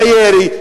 הירי,